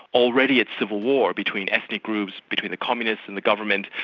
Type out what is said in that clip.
already at civil war between ethnic groups, between the communists and the government,